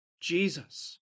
Jesus